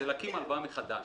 זה להקים הלוואה מחדש